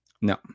No